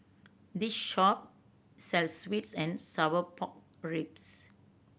this shop sells sweet and sour pork ribs